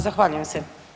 Zahvaljujem se.